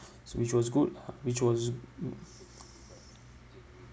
which was good which was mm